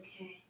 okay